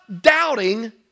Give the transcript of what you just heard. doubting